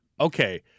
Okay